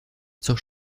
zur